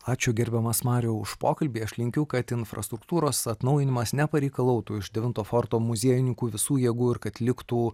ačiū gerbiamas mariau už pokalbį aš linkiu kad infrastruktūros atnaujinimas nepareikalautų iš devinto forto muziejininkų visų jėgų ir kad liktų